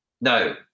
no